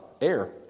Air